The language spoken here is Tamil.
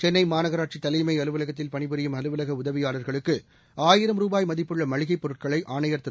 சென்னை மாநகராட்சி தலைமை அலுவலகத்தில் பணிபுரியும் அலுவலக உதவியாளர்களுக்கு ஆயிரம் ரூபாய் மதிப்புள்ள மளிகைப் பொருட்களை ஆணையர் திரு